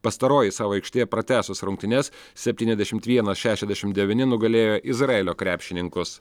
pastaroji savo aikštėje pratęsus rungtynes septyniasdešimt vienas šešiasdešimt devyni nugalėjo izraelio krepšininkus